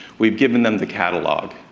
we've given them the catalog,